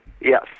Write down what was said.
yes